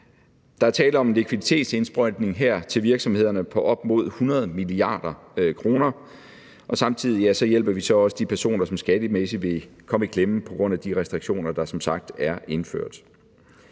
Der er tale om en likviditetsindsprøjtning her til virksomhederne på op mod 100 mia. kr., og samtidig hjælper vi også de personer, som skattemæssigt vil komme i klemme på grund af de restriktioner, der som sagt er indført.